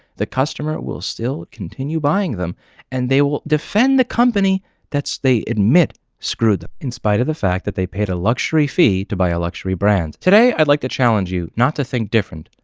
the customer will still continue buying them and they will defend the company that so they admit screwed them. in spite of the fact that they paid a luxury fee to buy a luxury brand. today, i'd like to challenge you not to think different,